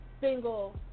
single